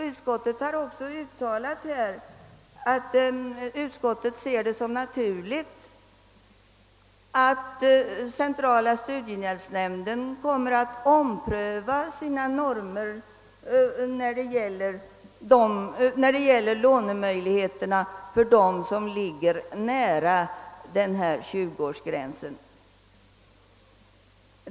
Utskottet har också uttalat att utskottet finner det naturligt att centrala studiehjälpsnämnden kommer att ompröva sina normer när det gäller lånemöjligheterna för dem som ligger nära 20-årsgränsen.